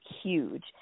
huge